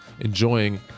enjoying